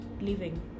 living